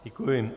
Děkuji.